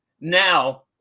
now